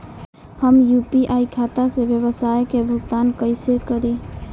हम यू.पी.आई खाता से व्यावसाय के भुगतान कइसे करि?